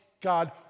God